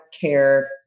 care